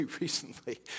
recently